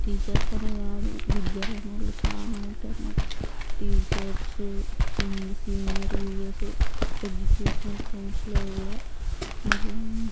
teachers అనే కాదు విద్యా రంగంలో చాలా ఉంటాయి అన్నమాట teachers senior USA educational counsellor కూడా మళ్ళీ